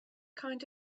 kind